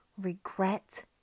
regret